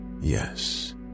yes